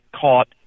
caught